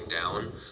down